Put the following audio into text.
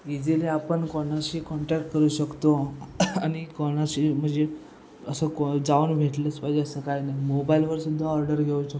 easily आपण कोणाशी contact करू शकतो आणि कोणाशी म्हणजे असं को जाऊन भेटलंच पाहिजे असं काय नाही मोबाईलवरसुद्धा ऑर्डर घेऊ शकतो